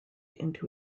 into